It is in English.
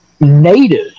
native